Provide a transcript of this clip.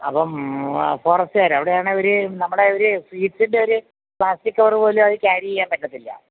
അപ്പം ഫോറസ്റ്റ്കാർ അവിടെയാണേ ഒരു നമ്മുടെ ഒരു സ്വീറ്റ്സിൻ്റെ ഒരു പ്ലാസ്റ്റിക്ക് കവറ് പോലും ക്യാരി ചെയ്യാൻ പറ്റത്തില്ല